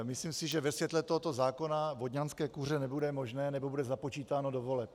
Myslím si, že ve světle tohoto zákona vodňanské kuře nebude možné, nebo bude započítáno do voleb.